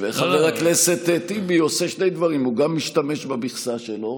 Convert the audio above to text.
חבר הכנסת טיבי עושה שני דברים: הוא גם משתמש במכסה שלו